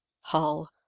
hull